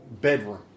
bedroom